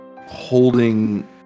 holding